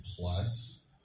plus